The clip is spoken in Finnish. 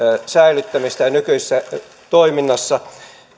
säilyttämistä nykyisessä toiminnassa